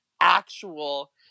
actual